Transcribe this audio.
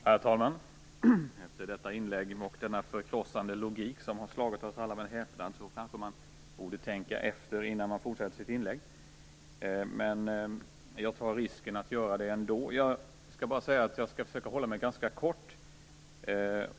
Herr talman! Efter detta inlägg och denna förkrossande logik, som har slagit oss alla med häpnad, kanske man borde tänka efter innan man håller sitt anförande. Men jag tar risken att göra det ändå. Jag skall försöka att hålla mig ganska kort.